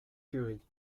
curie